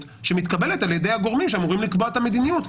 שמתקבלת על ידי הגורמים שאמורים לקבוע את המדיניות.